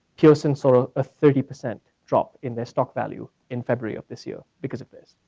pearson saw ah ah thirty percent drop in their stock value in february of this year because of this.